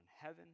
heaven